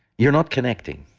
you're not connecting